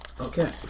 Okay